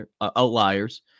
outliers